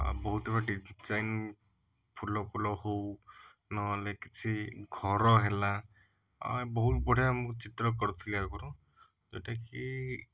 ଆଉ ବହୁତ ଗୋଟେ ଡିଜାଇନ ଫୁଲ ଫୁଲ ହଉ ନ ହେଲେ କିଛି ଘର ହେଲା ଆଉ ବହୁତ ବଢ଼ିଆ ମୁଁ ଚିତ୍ର କରୁଥିଲି ଆଗରୁ ଯେଉଁଟା କି